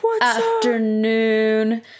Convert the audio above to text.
afternoon